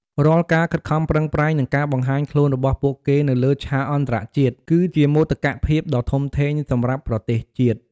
រាល់ការខិតខំប្រឹងប្រែង និងការបង្ហាញខ្លួនរបស់ពួកគេនៅលើឆាកអន្តរជាតិ គឺជាមោទកភាពដ៏ធំធេងសម្រាប់ប្រទេសជាតិ។